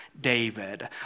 David